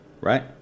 Right